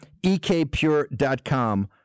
ekpure.com